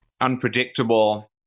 unpredictable